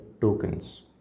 tokens